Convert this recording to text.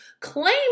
claim